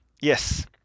Yes